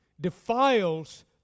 defiles